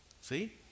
See